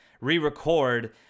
re-record